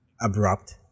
abrupt